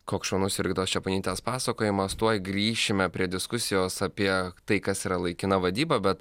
koks šaunus jurgitos čeponytės pasakojimas tuoj grįšime prie diskusijos apie tai kas yra laikina vadyba bet